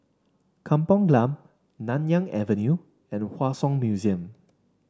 Kampong Glam Nanyang Avenue and Hua Song Museum